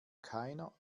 keiner